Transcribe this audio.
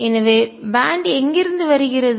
எனவே பேன்ட் பட்டைஎங்கிருந்து வருகிறது